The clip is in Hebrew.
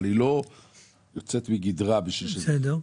אבל היא לא יוצאת מגדרה בשביל שזה יקרה,